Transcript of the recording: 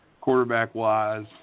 quarterback-wise